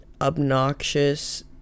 obnoxious